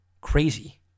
crazy